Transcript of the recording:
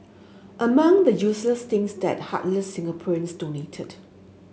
among the useless teams that heartless Singaporeans donated